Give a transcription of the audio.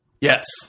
Yes